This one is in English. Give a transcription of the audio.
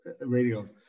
radio